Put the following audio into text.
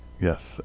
Yes